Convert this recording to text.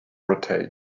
rotate